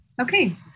Okay